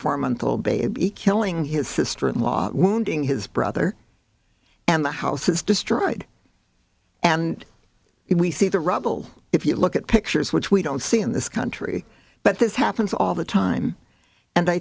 four month old baby killing his sister in law wounding his brother and the house was destroyed and we see the rubble if you look at pictures which we don't see in this country but this happens all the time and i